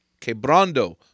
quebrando